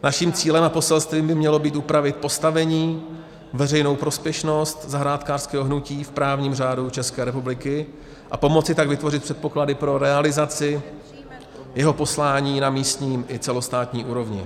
Naším cílem a poselstvím by mělo být upravit postavení, veřejnou prospěšnost zahrádkářského hnutí v právním řádu České republiky a pomoci tak vytvořit předpoklady pro realizaci jeho poslání na místní i celostátní úrovni.